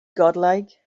godlike